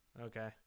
Okay